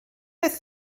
oedd